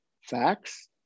facts